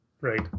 right